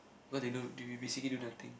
because they don't they be basically do nothing